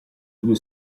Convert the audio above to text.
due